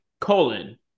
colon